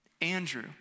Andrew